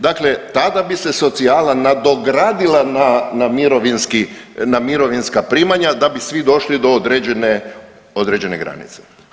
Dakle, tada bi se socijala nadogradila na mirovinska primanja da bi svi došli do određene granice.